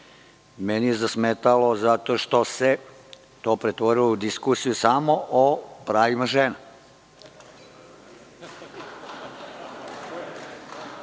Meni je zasmetalo zato što se to pretvorilo u diskusiju samo o pravima žena.